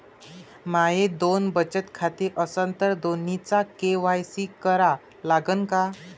माये दोन बचत खाते असन तर दोन्हीचा के.वाय.सी करा लागन का?